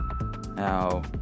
Now